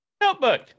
notebook